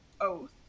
oath